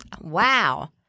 wow